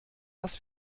das